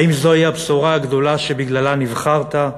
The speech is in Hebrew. האם זוהי הבשורה הגדולה שבגללה נבחרת?